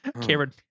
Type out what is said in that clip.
Cameron